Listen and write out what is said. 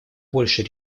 большей